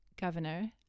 governor